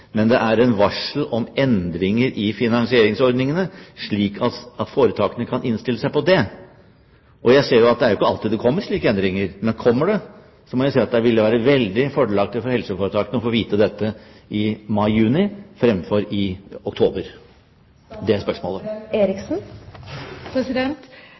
men et varsel om endringer i finansieringsordningene, slik at foretakene kan innstille seg på det. Jeg ser jo at det ikke alltid kommer slike endringer. Men kommer de, så må jeg si at det ville være veldig fordelaktig for helseforetakene å få vite det i mai–juni fremfor i oktober. Ja, hvis det